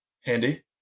handy